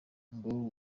ngo